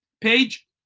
page